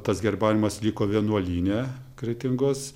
tas herebariumas liko vienuolyne kretingos